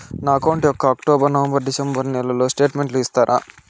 నా అకౌంట్ యొక్క October, November, December నెలల స్టేట్మెంట్ ఇస్తారా?